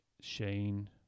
Shane